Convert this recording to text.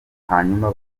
hanyuma